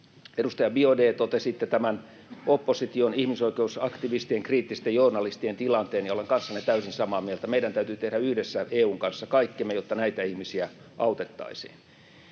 Edustaja Biaudet, totesitte opposition, ihmisoikeusaktivistien ja kriittisten journalistien tilanteen, ja olen kanssanne täysin samaa mieltä. Meidän täytyy tehdä yhdessä EU:n kanssa kaikkemme, jotta näitä ihmisiä autettaisiin.